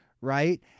Right